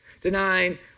Denying